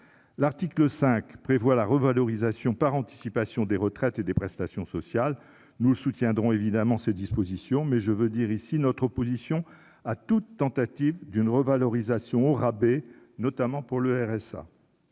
L'article 5 prévoit la revalorisation par anticipation des retraites et des prestations sociales. Nous soutiendrons évidemment ces dispositions, mais je veux dire ici notre opposition à toute tentative d'une revalorisation au rabais, notamment pour le RSA.